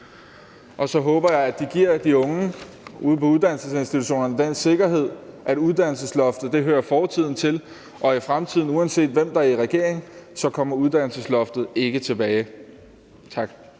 Og så håber jeg, at de giver de unge ude på uddannelsesinstitutionerne den sikkerhed, at uddannelsesloftet hører fortiden til, og at uddannelsesloftet, uanset hvem der sidder i regering, for fremtiden ikke kommer tilbage. Tak.